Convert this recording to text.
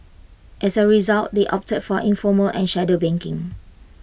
as A result they've opted for informal and shadow banking